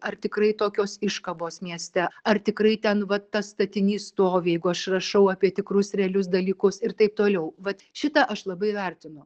ar tikrai tokios iškabos mieste ar tikrai ten va tas statinys stovi jeigu aš rašau apie tikrus realius dalykus ir taip toliau vat šitą aš labai vertinu